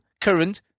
current